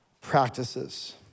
practices